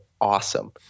awesome